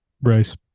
Bryce